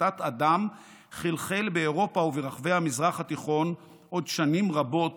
כתת-אדם חלחל באירופה וברחבי המזרח התיכון עוד שנים רבות